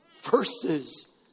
verses